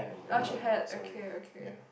orh she had okay okay